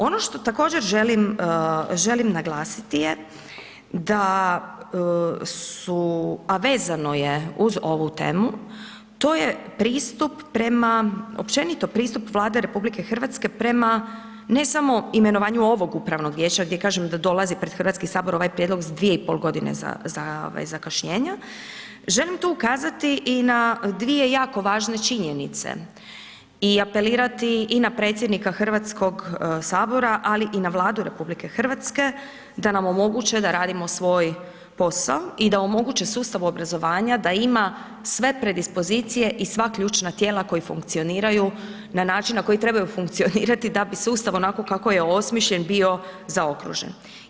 Ono što također želim naglasiti je da su a vezano je uz ovu temu, to je pristup prema općenito pristup Vlade RH prema ne samo imenovanju ovog upravnog vijeća gdje kažem da dolazi pred Hrvatski sabor ovaj prijedlog za 2,5 g. zakašnjenja, želim tu ukazati i na 2 jako važne činjenice i apelirati na predsjednika Hrvatskog sabora ali i na Vladu RH da nam omoguće da radimo svoj posao i da omoguće sustavu obrazovanja da ima sve predispozicije i sva ključna tijela koja funkcioniraju na način na koji trebaju funkcionirati da bi se Ustav onako kako je osmišljen bio, zaokruži.